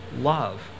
love